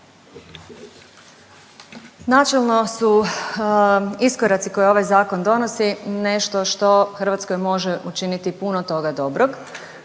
Načelno su iskoraci koje ovaj zakon donosi nešto što Hrvatskoj može učiniti puno toga dobrog